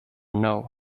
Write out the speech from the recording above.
know